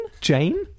Jane